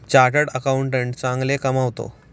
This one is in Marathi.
चार्टर्ड अकाउंटंट चांगले कमावतो